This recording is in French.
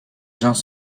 gens